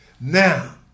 Now